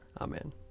Amen